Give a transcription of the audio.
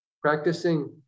practicing